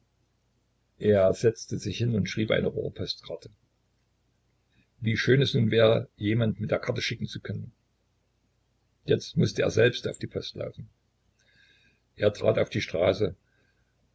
er setzte sich hin und schrieb eine rohrpostkarte wie schön es nun wäre jemand mit der karte schicken zu können jetzt mußte er selbst auf die post laufen er trat auf die straße